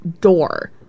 door